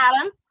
Adam